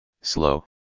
slow